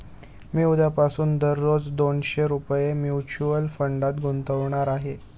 मी उद्यापासून दररोज दोनशे रुपये म्युच्युअल फंडात गुंतवणार आहे